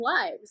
lives